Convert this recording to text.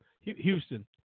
Houston